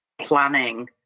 planning